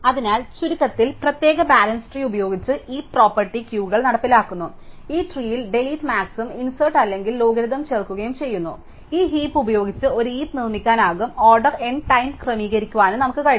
അതിനാൽ ചുരുക്കത്തിൽ പ്രത്യേക ബാലൻസ് ട്രീസ് ഉപയോഗിച്ച് ഹീപ്സ് പ്രൈയോരിറ്റി ക്യൂകൾ നടപ്പിലാക്കുന്നു ഈ ട്രീയിൽ ഡിലീറ്റ് മാക്സും ഇന്സേര്ട് അല്ലെങ്കിൽ ലോഗരിതം ചേർക്കുകയും ചെയ്യുന്നു ഈ ഹീപ് ഉപയോഗിച്ച് ഒരു ഹീപ് നിർമ്മിക്കാനും ഓർഡർ N ടൈം ക്രമീകരിക്കാനും നമുക്ക് കഴിയും